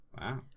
Wow